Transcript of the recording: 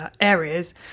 areas